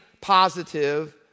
positive